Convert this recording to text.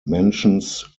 mentions